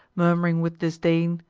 murm'ring with disdain,